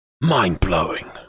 Mind-blowing